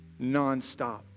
nonstop